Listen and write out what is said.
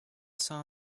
saw